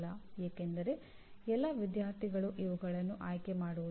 ಏಕೆಂದರೆ ಎಂಜಿನಿಯರಿಂಗ್ ಸಂಸ್ಥೆಗಳು ಉತ್ತಮ ಎಂಜಿನಿಯರ್ಗಳನ್ನು ಉತ್ಪಾದಿಸಬೇಕು